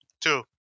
Two